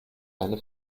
eine